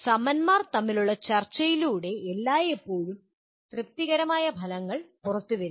സമന്മാർ തമ്മിലുള്ള ചർച്ചയിലൂടെയാണ് എല്ലായ്പ്പോഴും തൃപ്തികരമായ ഫലങ്ങൾ പുറത്തുവരുന്നത്